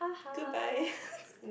goodbye